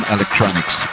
Electronics